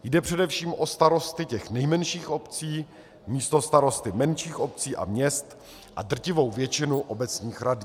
Jde především o starosty těch nejmenších obcí, místostarosty menších obcí a měst a drtivou většinu obecních radních.